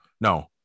No